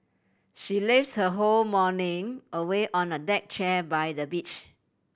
she lazed her whole morning away on a deck chair by the beach